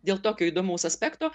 dėl tokio įdomaus aspekto